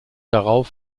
darauf